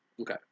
Okay